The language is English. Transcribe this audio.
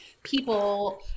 people